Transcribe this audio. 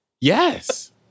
Yes